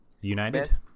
United